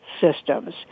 systems